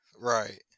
Right